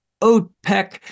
OPEC